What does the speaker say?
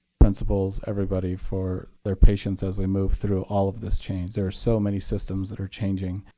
principals, everybody for their patience as we move through all of this change. there are so many systems that are changing,